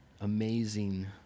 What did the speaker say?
amazing